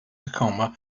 tacoma